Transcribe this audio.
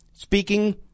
Speaking